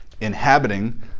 inhabiting